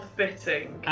fitting